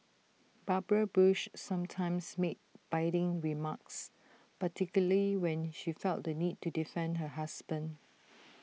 Barbara bush sometimes made biting remarks particularly when she felt the need to defend her husband